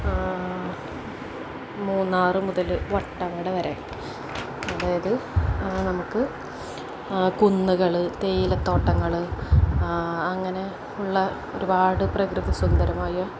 മൂന്നാര് മുതല് വട്ടവട വരെ അതായത് നമുക്ക് കുന്നുകള് തേയിലത്തോട്ടങ്ങള് അങ്ങനെയുള്ള ഒരുപാട് പ്രകൃതിസുന്ദരമായ